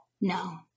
No